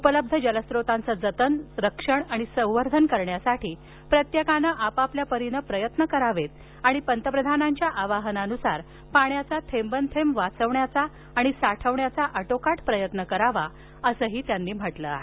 उपलब्ध जलस्रोतांचं जतन रक्षणआणि संवर्धन करण्यासाठी प्रत्येकानं आपापल्या परीने प्रयत्न करावेत आणि पंतप्रधानांच्या आवाहनानुसार पाण्याचा थेंबन थेंब वाचविण्याचा आणि साठविण्याचा आटोकाट प्रयत्न करावा असं त्यांनी म्हटलं आहे